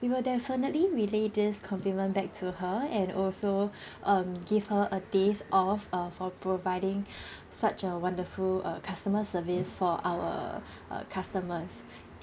we will definitely relay this compliment back to her and also um give her a day's off uh for providing such a wonderful uh customer service for our uh customers